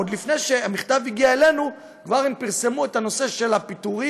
עוד לפני שהמכתב הגיע אלינו הם כבר פרסמו את הנושא של הפיטורים